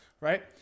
Right